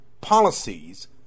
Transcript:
policies